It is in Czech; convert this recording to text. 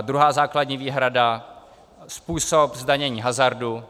Druhá základní výhrada způsob zdanění hazardu.